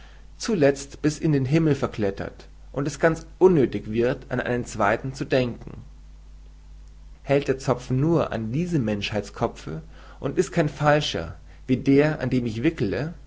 zuletzt sich bis in den himmel verklettert und es ganz unnöthig wird an einen zweiten zu denken hält der zopf nur an diesem menschheitskopfe und ist kein falscher wie der an dem ich wickele